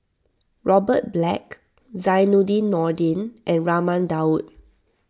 Robert Black Zainudin Nordin and Raman Daud